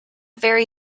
very